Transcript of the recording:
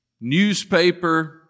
newspaper